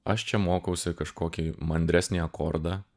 aš čia mokausi kažkokį mandresnį akordą